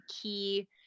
key